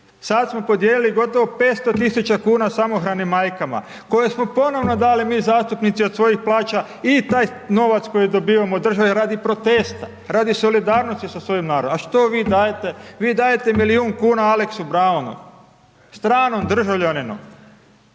Sada smo podijelili gotovo 500 tisuća kuna samohranim majkama, koje smo ponovno dali, mi zastupnici od svojih plaća i taj novac koji dobijamo od države, radi protesta, radi solidarnosti sa svojim narodom. A što vi dajte? Vi dajte milijun kuna Alexu Braunu. Stranom državljaninu.